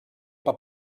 pas